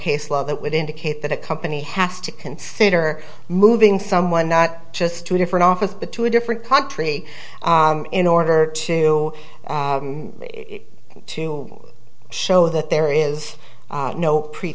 case law that would indicate that a company has to consider moving someone not just to a different off with but to a different country in order to show that there is no pre